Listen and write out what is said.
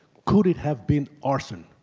could it have been arson?